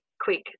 quick